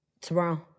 Tomorrow